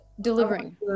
Delivering